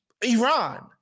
Iran